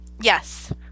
Yes